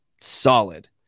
solid